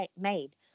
made